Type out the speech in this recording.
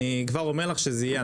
אני כבר אומר לך שזה יהיה,